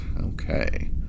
okay